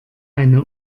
eine